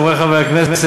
חברי חברי הכנסת,